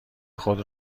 خود